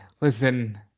listen